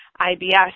IBS